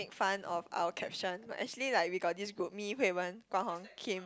make fun of our caption but actually like we got this group me Hui-Wen Guang-Hong Kim